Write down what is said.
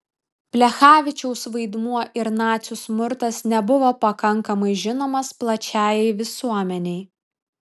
plechavičiaus vaidmuo ir nacių smurtas nebuvo pakankamai žinomas plačiajai visuomenei